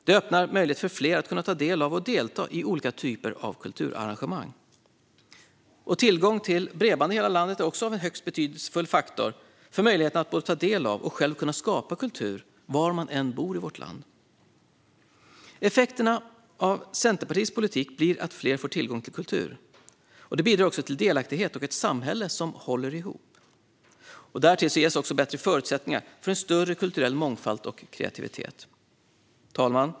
Det öppnar möjligheten för fler att ta del av och delta i olika typer av kulturarrangemang. Tillgång till bredband i hela landet är också en högst betydelsefull faktor för möjligheten att både ta del av och själv skapa kultur var man än bor. Effekterna av Centerpartiets politik blir att fler får tillgång till kultur. Det bidrar också till delaktighet och ett samhälle som håller ihop. Därtill ges bättre förutsättningar för en större kulturell mångfald och kreativitet. Fru talman!